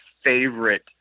favorite